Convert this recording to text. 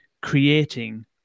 creating